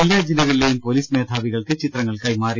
എല്ലാ ജില്ലകളിലെയും പൊലീസ് മേധാവികൾക്ക് ചിത്രങ്ങൾ കൈമാറി